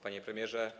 Panie Premierze!